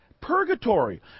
purgatory